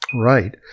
Right